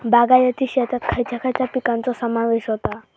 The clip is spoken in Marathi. बागायती शेतात खयच्या खयच्या पिकांचो समावेश होता?